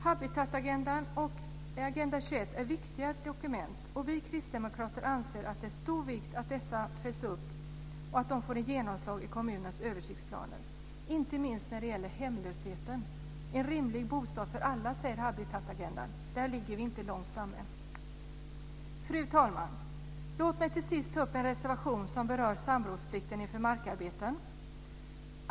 Habitatagendan och Agenda 21 är viktiga dokument. Vi kristdemokrater anser att det är av stor vikt att dessa följs upp och får genomslag i kommunernas översiktsplaner, inte minst när det gäller hemlösheten. En rimlig bostad för alla talas det om i Habitatagendan. Där ligger vi inte långt framme! Fru talman! Låt mig till sist ta upp en reservation som berör samrådsplikten inför markarbeten.